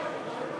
הצעת חוק